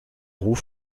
roue